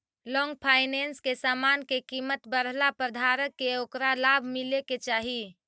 long finance में समान के कीमत बढ़ला पर धारक के ओकरा लाभ मिले के चाही